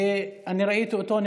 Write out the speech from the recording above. ואני ראיתי אותו,